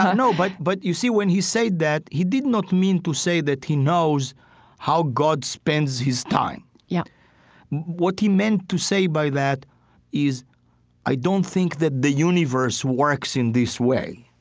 no, but but you see, when he said that, he did not mean to say that he knows how god spends his time yeah what he meant to say by that is i don't think that the universe works in this way.